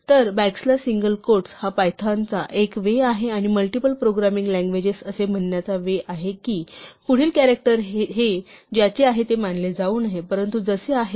तर backslash single quotes हा पायथनचा एक वे आहे आणि मल्टिपल प्रोग्रामिंग लँग्वेजेस असे म्हणण्याचा वे आहे की पुढील कॅरेक्टर हे ज्याचे आहे ते मानले जाऊ नये परंतु जसे आहे तसे